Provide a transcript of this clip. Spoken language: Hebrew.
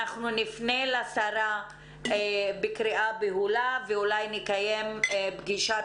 אנחנו נפנה לשרה בקריאה בהולה ואולי נקיים פגישת